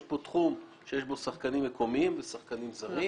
יש פה תחום שיש בו שחקנים מקומיים ושחקנים זרים,